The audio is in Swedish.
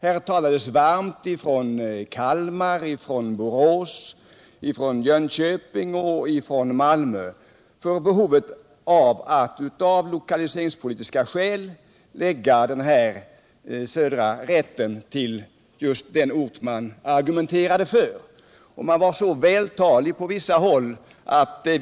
Då talades det här varmt från Kalmar, Borås, Jönköping och Malmö för att av lokaliseringspolitiska skäl förlägga södra rätten till just den ort man argumenterade för. Och då var man på vissa håll mycket vältalig.